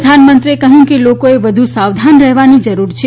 પ્રધાનમંત્રીએ કહયું કે લોકોએ વધુ સાવધાન રહેવાની જરૂર છે